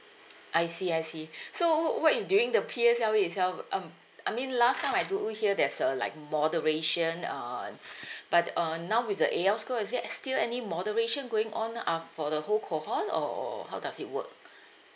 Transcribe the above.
I see I see so what you during the P_S_L_E itself um I mean last time I do hear there's a like moderation uh but uh now with the A_L score is there a~ still any moderation going on ah for the whole cohort or or how does it work